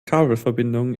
kabelverbindungen